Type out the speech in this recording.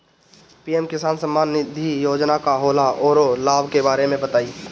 PM किसान सम्मान निधि योजना का होला औरो लाभ के बारे में बताई?